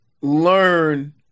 learn